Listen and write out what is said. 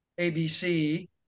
ABC